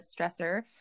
stressor